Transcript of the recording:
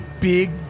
big